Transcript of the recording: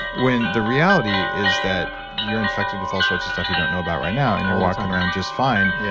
when the reality is that you're infected with all sorts of stuff you don't know about right now, and you're walking around just fine, yeah